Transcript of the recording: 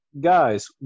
Guys